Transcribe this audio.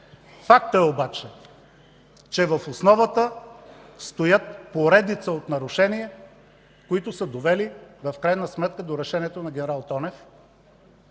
Факт е обаче, че в основата стоят поредица нарушения, които са довели в крайна сметка до решението на генерал Тонев